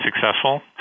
successful